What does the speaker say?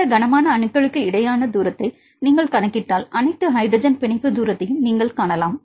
இந்த கனமான அணுக்களுக்கு இடையேயான தூரத்தை நீங்கள் கணக்கிட்டால் அனைத்து ஹைட்ரஜன் பிணைப்பு தூரத்தையும் நீங்கள் காணலாம்